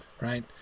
right